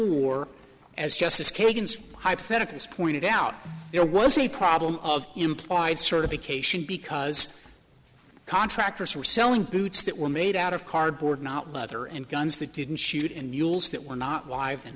war as justice kagan's hypotheticals pointed out there was a problem of implied certification because contractors were selling boots that were made out of cardboard not leather and guns that didn't shoot in mules that were not live in